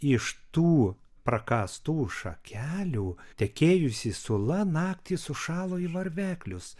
iš tų prakąstų šakelių tekėjusi sula naktį sušalo į varveklius